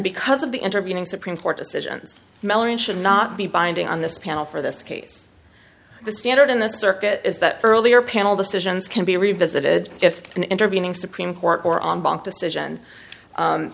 because of the intervening supreme court decisions mellowing should not be binding on this panel for this case the standard in the circuit is that earlier panel decisions can be revisited if an intervening supreme court or on bank decision